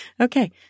Okay